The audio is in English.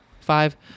five